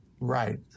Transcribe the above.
Right